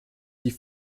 die